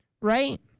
right